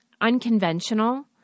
unconventional